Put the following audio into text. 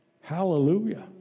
Hallelujah